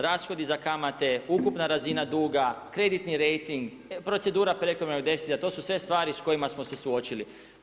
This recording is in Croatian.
Rashodi za kamate, ukupna razina duga, kreditni rejting, procedura prekomjernog deficita to su sve stvari sa kojima smo se suočili.